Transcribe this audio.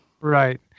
Right